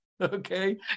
okay